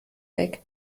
weg